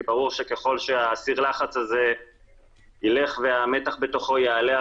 כי ברור שככל שהסיר לחץ הזה יילך והמתח בתוכו יעלה,